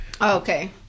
okay